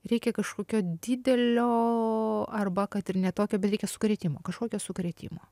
reikia kažkokio didelio arba kad ir ne tokio bet reikia sukrėtimo kažkokio sukrėtimo